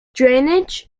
drainage